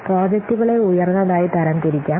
പ്രോജക്റ്റുകളെ ഉയർന്നതായി തരംതിരിക്കാം